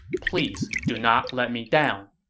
please do not let me down.